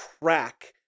crack